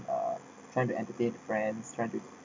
uh try to entertain the friends try to